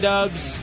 Dubs